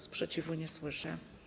Sprzeciwu nie słyszę.